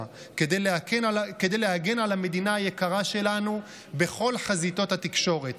כדי להגן על המדינה היקרה שלנו בכל חזיתות התקשורת,